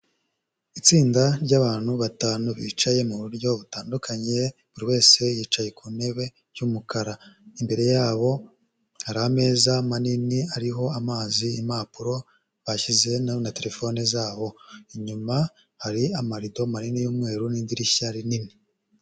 Itsinda ry'abantu batanu bicaye mu buryo butandukanye, buri wese yicaye ku ntebe y'umukara, imbere yabo hari ameza manini ariho amazi, impapuro bashyize na terefone zabo, inyuma hari amarido manini y'umweru, n'idirishya rinini.